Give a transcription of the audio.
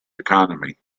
economy